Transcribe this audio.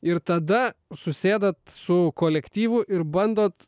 ir tada susėdat su kolektyvu ir bandot